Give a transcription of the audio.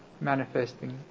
manifesting